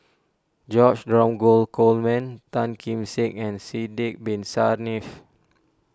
George Dromgold Coleman Tan Kim Seng and Sidek Bin Saniff